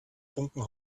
funken